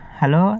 Hello